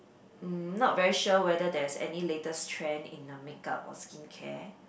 mm not very sure whether there's any latest trend in the makeup or skincare